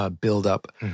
build-up